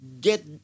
get